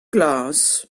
glas